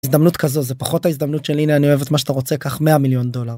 הזדמנות כזו זה פחות ההזדמנות של הנה אני אוהב את מה שאתה עושה. קח 100 מיליון דולר.